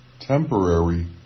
temporary